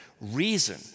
Reason